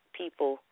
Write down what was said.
people